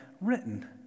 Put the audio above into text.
written